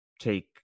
take